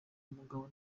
umugabo